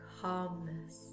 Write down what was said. calmness